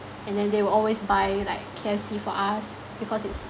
and then they will always buy like K_F_C for us because it's